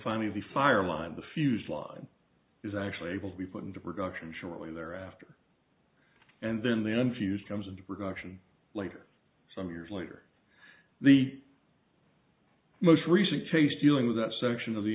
finally the fire line the fuse line is actually able to be put into production shortly thereafter and then then fuse comes into production later some years later the most recent case dealing with that section of the